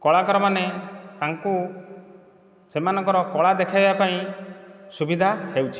କଳାକାରମାନେ ତାଙ୍କୁ ସେମାନଙ୍କର କଳା ଦେଖେଇବା ପାଇଁ ସୁବିଧା ହେଉଛି